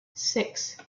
six